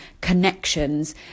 connections